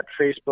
Facebook